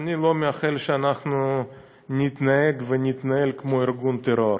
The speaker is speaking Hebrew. ואני לא מאחל שאנחנו נתנהג ונתנהל כמו ארגון טרור.